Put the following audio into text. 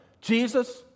Jesus